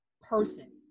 person